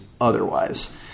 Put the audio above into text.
otherwise